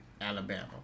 Alabama